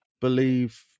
believe